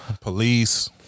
Police